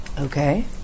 Okay